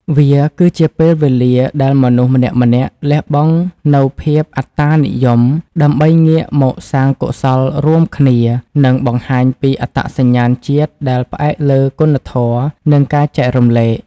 វាគឺជាពេលវេលាដែលមនុស្សម្នាក់ៗលះបង់នូវភាពអត្ដានិយម ដើម្បីងាកមកសាងកុសលរួមគ្នា និងបង្ហាញពីអត្តសញ្ញាណជាតិដែលផ្អែកលើគុណធម៌ និងការចែករំលែក។